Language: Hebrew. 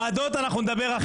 על ועדות אנחנו נדבר אחרי זה,